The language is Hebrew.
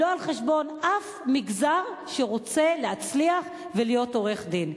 לא על חשבון אף מגזר שרוצה להצליח ולהיות עורך-דין.